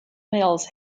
males